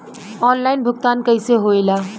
Online भुगतान कैसे होए ला?